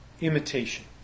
imitation